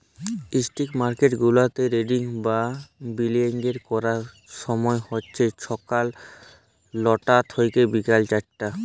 stock market গুলাতে trading বা বিলিয়গের ক্যরার ছময় হছে ছকাল লটা থ্যাইকে বিকাল চারটা